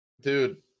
dude